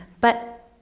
but